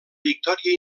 victòria